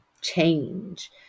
change